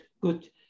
good